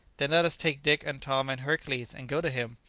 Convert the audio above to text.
then let us take dick, and tom, and hercules, and go to him.